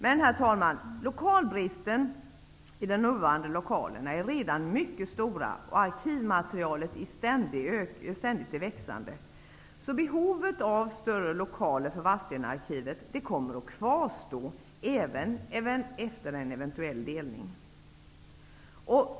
Men, herr talman, lokalbristen i de nuvarande lokalerna är redan mycket stor och arkivmaterialet ständigt i växande. Behovet av större lokaler för Vadstenaarkivet kommer att kvarstå även efter en eventuell delning.